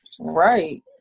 Right